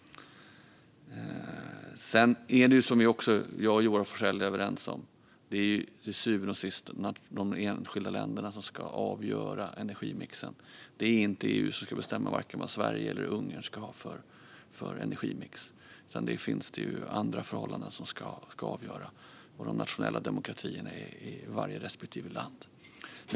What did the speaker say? Som Joar Forssell och jag är överens om är det till syvende och sist de enskilda länderna som ska avgöra energimixen. Det är inte EU som ska bestämma vad vare sig Sverige eller Ungern ska ha för energimix, utan det finns det andra förhållanden som ska avgöra. Det handlar om de nationella demokratierna i respektive land.